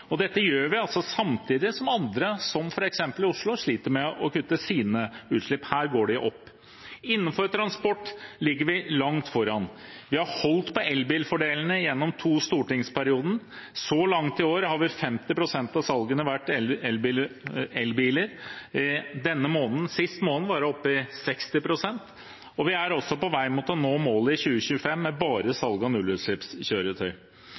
Dette gjør vi altså samtidig som andre, f.eks. Oslo, sliter med å kutte sine utslipp. Her går de opp. Innenfor transport ligger vi langt foran. Vi har holdt på elbilfordelene gjennom to stortingsperioder. Så langt i år har 50 pst. av salget vært elbiler. Sist måned var det oppe i 60 pst., og vi er også på vei mot å nå målet i 2025 med bare